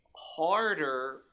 harder